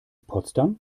potsdam